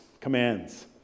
Commands